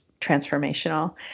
transformational